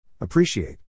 Appreciate